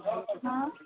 हाँ